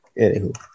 anywho